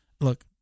look